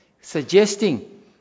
suggesting